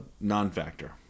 Non-factor